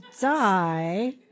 die